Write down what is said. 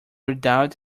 without